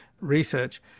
research